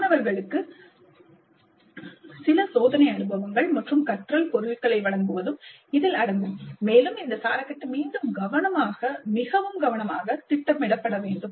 மாணவர்களுக்கு சில சோதனை அனுபவங்கள் மற்றும் கற்றல் பொருட்களை வழங்குவதும் இதில் அடங்கும் மேலும் இந்த சாரக்கட்டு மீண்டும் மிகவும் கவனமாக திட்டமிடப்பட வேண்டும்